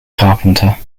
carpenter